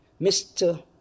Mr